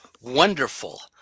wonderful